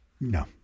No